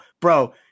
bro